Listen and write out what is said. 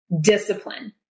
discipline